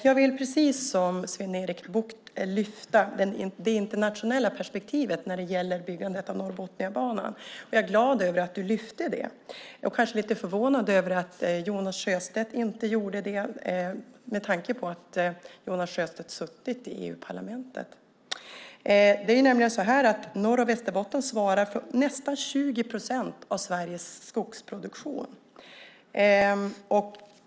Jag vill precis som Sven-Erik Bucht lyfta fram det internationella perspektivet när det gäller byggandet av Norrbotniabanan. Jag är glad över att du lyfte fram det. Jag är kanske lite förvånad över att Jonas Sjöstedt inte gjorde det, med tanke på att Jonas Sjöstedt suttit i EU-parlamentet. Norr och Västerbotten svarar nämligen för nästan 20 procent av Sveriges skogsproduktion.